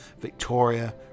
Victoria